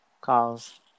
Cause